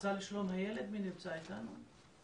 המועצה לשלום הילד, מי נמצא איתנו?